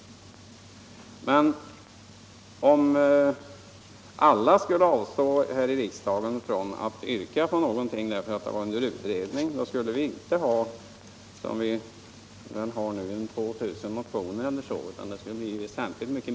Men om alla här i riksdagen skulle avstå från att yrka någonting därför att frågorna är under utredning skulle vi inte som nu ha ungefär 2000 motioner, utan antalet skulle bli väsentligt lägre.